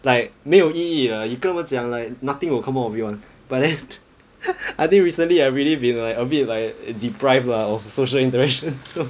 like 没有意义了你跟他们讲 like nothing will come out of it [one] but then I think recently I really been like a bit like deprived lah of social interaction so